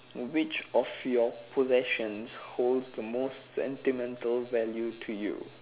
which of your possessions holds the most sentimental value to you